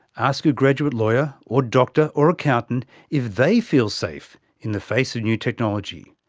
ask a graduate lawyer or doctor or accountant if they feel safe in the face of new technology.